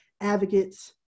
advocates